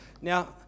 Now